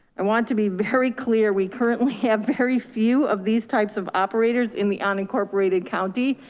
i want to be very clear, we currently have very few of these types of operators in the unincorporated county.